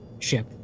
ship